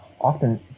Often